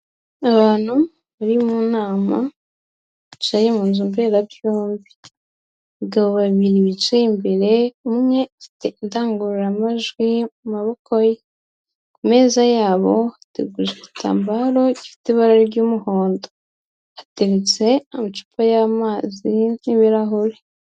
Abantu bari mu nama, bicaye mu nzu mberabyombi, abagabo babiri bicaye imbere, umwe afite indangururamajwi mu maboko ye, ku meza yabo hateguwe igitambaro gifite ibara ry'umuhondo, hateretse amacupa y'amazi n'ibirahuri.